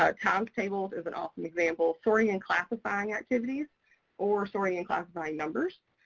ah times tables is an awesome example. sorting and classifying activities or sorting and classifying numbers